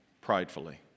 pridefully